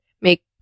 make